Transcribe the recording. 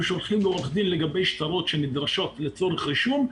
שולחים לעורך דין לגבי שטרות שנדרשים לצורך רישום,